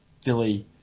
Philly